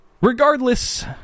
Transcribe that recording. regardless